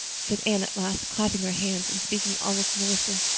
said anne at last, clasping her hands and speaking almost in a whisper,